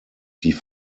die